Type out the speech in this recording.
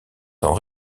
sans